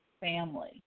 family